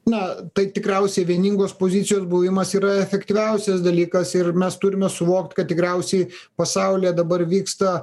na tai tikriausiai vieningos pozicijos buvimas yra efektyviausias dalykas ir mes turime suvokt kad tikriausiai pasaulyje dabar vyksta